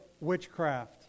witchcraft